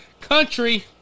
country